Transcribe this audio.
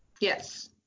Yes